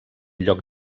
lloc